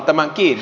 miten